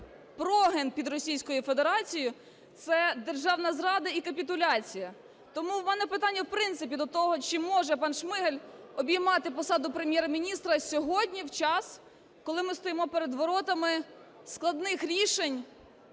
прогин під Російською Федерацією, це державна зрада і капітуляція. Тому у мене питання в принципі до того, чи може пан Шмигаль обіймати посаду Прем’єр-міністра сьогодні, в час, коли ми стоїмо перед воротами складних рішень